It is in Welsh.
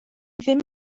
ddim